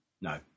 No